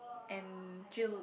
and chill